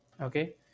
okay